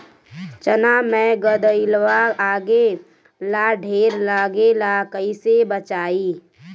चना मै गधयीलवा लागे ला ढेर लागेला कईसे बचाई?